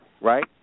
right